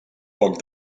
poc